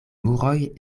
muroj